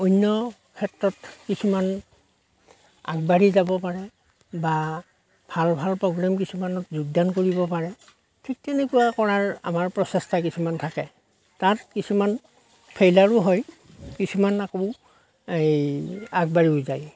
অন্য ক্ষেত্ৰত কিছুমান আগবাঢ়ি যাব পাৰে বা ভাল ভাল প্ৰগ্ৰেম কিছুমানত যোগদান কৰিব পাৰে ঠিক তেনেকুৱা কৰাৰ আমাৰ প্ৰচেষ্টা কিছুমান থাকে তাত কিছুমান ফেইলাৰো হয় কিছুমান আকৌ এই আগবাঢ়িও যায়